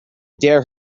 dare